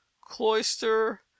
cloister